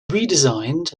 redesigned